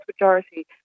majority